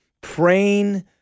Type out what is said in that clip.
praying